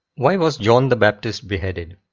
why was john the baptist beheaded?